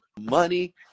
money